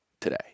today